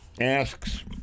asks